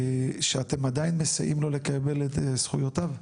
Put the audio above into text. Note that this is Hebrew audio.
שאתם עדיין מסייעים לו לקבל את זכויותיו?